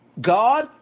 God